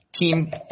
team